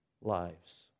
lives